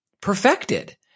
perfected